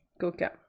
coca